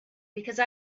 because